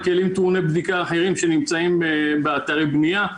על כלים אחרים טעוני בדיקה שנמצאים באתרי בנייה,